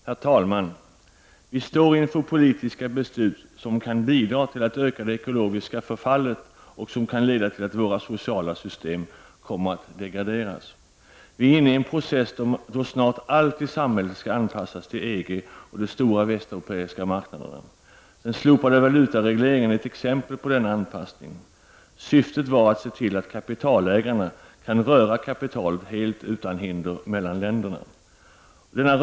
Herr talman! Vi står inför politiska beslut som kan bidra till att öka det ekologiska förfallet och leda till att våra sociala system kommer att degraderas. Vi är inne i en process då snart allt i samhället skall anpassas till EG och den stora västeuropeiska marknaden. Den slopade valutaregleringen är ett exempel på denna anpassning. Syftet var att se till att kapitalägarna kan röra kapitalet helt utan hinder mellan länderna.